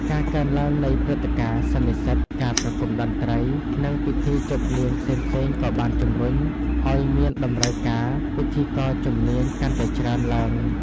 ការកើនឡើងនៃព្រឹត្តិការណ៍ សន្និសីទ ការប្រគំតន្ត្រី និងពិធីជប់លៀងផ្សេងៗក៏បានជំរុញឱ្យមានតម្រូវការពិធីករជំនាញកាន់តែច្រើនឡើង។